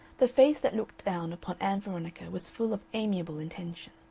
the face that looked down upon ann veronica was full of amiable intention.